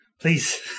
please